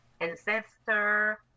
ancestor